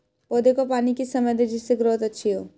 पौधे को पानी किस समय दें जिससे ग्रोथ अच्छी हो?